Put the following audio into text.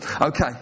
Okay